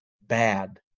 Bad